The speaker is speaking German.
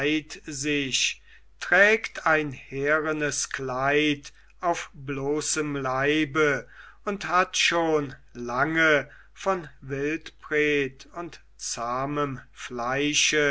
sich trägt ein härenes kleid auf bloßem leibe und hat schon lange von wildbret und zahmem fleische